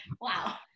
Wow